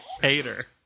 hater